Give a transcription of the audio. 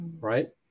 right